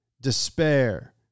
Despair